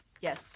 Yes